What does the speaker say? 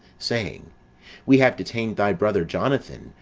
saying we have detained thy brother, jonathan,